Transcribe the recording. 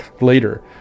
later